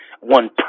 one